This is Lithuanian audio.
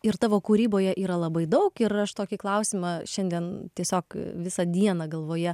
ir tavo kūryboje yra labai daug ir aš tokį klausimą šiandien tiesiog visą dieną galvoje